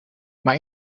maar